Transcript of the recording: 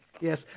Yes